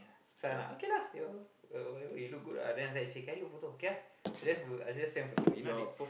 so I like okay lah your~ you look good ah then after that she can I look your photo okay ah I just send photo you know what I mean